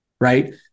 right